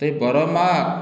ତୁ ବର ମାଗ